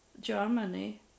Germany